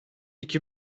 iki